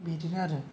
बिदिनो आरो